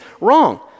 wrong